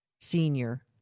senior